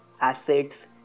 assets